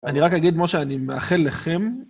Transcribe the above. אני רק אגיד כמו שאני מאחל לכם.